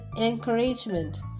encouragement